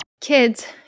Kids